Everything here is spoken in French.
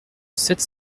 sept